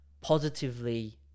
positively